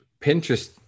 Pinterest